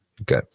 Okay